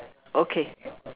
okay